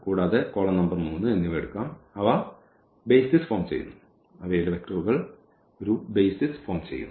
കൂടാതെ ഈ column number 3 എന്നിവ എടുക്കാം അവ ബെയ്സിസ് ഫോം ചെയും